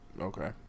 okay